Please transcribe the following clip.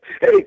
Hey